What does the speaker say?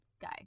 guy